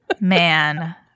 Man